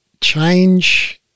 change